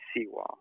seawall